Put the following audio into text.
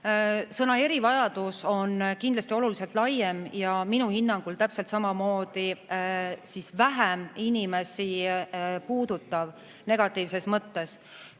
Sõna "erivajadus" on kindlasti oluliselt laiem ja minu hinnangul täpselt samamoodi siis inimesi vähem puudutav negatiivses mõttes.